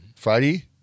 Friday